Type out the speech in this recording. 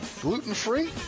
Gluten-free